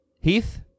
Heath